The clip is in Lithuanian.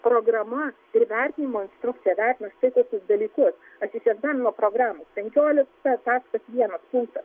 programa ir vertinimo instrukcija vertina štai kokius dalykus aš iš egzamino programos penkiolika taškas vienas punktas